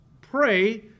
pray